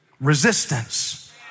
resistance